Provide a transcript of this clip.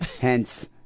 hence